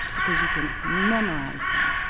because you can memorize them.